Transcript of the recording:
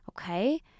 okay